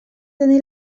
tenir